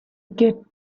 get